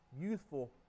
youthful